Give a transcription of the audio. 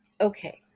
Okay